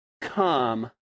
come